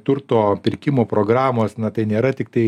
turto pirkimo programos na tai nėra tiktai